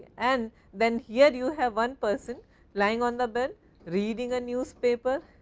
and then here you have one person lying on the bed reading a newspaper,